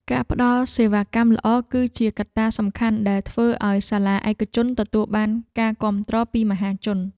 ការផ្តល់សេវាកម្មល្អគឺជាកត្តាសំខាន់ដែលធ្វើឱ្យសាលាឯកជនទទួលបានការគាំទ្រពីមហាជន។